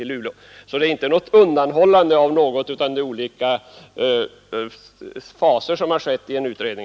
Jag upprepar att det alltså inte är fråga om något undanhållande av uppgifter utan om olika faser i en utredning